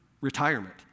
retirement